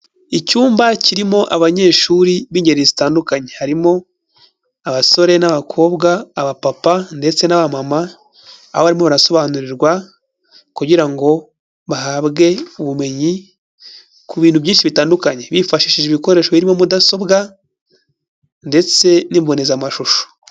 Icyumba kirimo abanyeshuri b'ingeri zitandukanye, harimo abasore n'abakobwa, abapapa ndetse n'abamama, aho barimo barasobanurirwa kugira ngo bahabwe ubumenyi ku bintu byinshi bitandukanye bifashishije ibikoresho birimo mudasobwa ndetse n'imbonezamashusho.